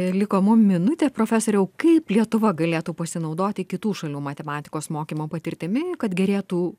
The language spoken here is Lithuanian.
liko mum minutė profesoriau kaip lietuva galėtų pasinaudoti kitų šalių matematikos mokymo patirtimi kad gerėtų